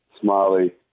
Smiley